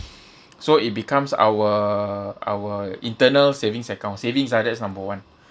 so it becomes our our internal savings account savings ah that's number one